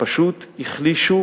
פשוט החלישו,